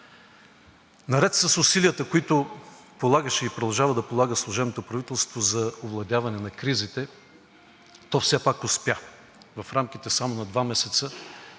Наред с усилията, които полагаше и продължава да полага служебното правителство за овладяване на кризите, то все пак успя в рамките само на два месеца